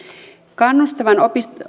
kannustavan